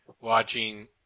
watching